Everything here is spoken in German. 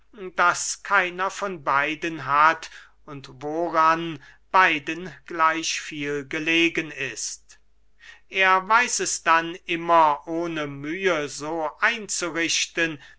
das keiner von beiden hat und woran beiden gleich viel gelegen ist er weiß es dann immer ohne mühe so einzurichten